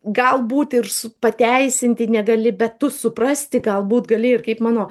galbūt ir su pateisinti negali bet tu suprasti galbūt gali ir kaip mano